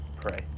pray